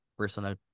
personal